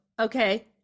okay